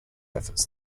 efforts